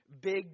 big